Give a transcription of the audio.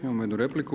Imamo jednu repliku.